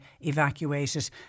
evacuated